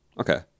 Okay